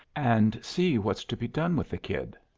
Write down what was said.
and see what's to be done with the kid.